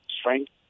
strength